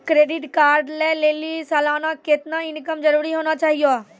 Credit card लय लेली सालाना कितना इनकम जरूरी होना चहियों?